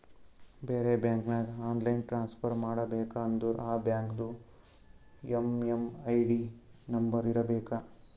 ಬೇರೆ ಬ್ಯಾಂಕ್ಗ online transfer ಮಾಡಬೇಕ ಅಂದುರ್ ಆ ಬ್ಯಾಂಕ್ದು ಎಮ್.ಎಮ್.ಐ.ಡಿ ನಂಬರ್ ಇರಬೇಕ